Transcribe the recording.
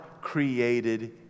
created